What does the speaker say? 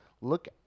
look